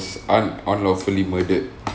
un~ unlawfully murdered